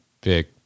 big